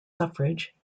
suffrage